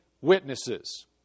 witnesses